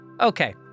Okay